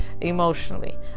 emotionally